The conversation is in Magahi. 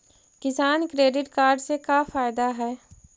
किसान क्रेडिट कार्ड से का फायदा है?